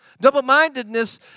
Double-mindedness